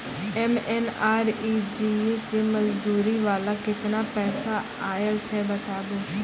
MNREGA के मज़दूरी वाला केतना पैसा आयल छै बताबू?